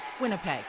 Winnipeg